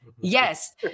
yes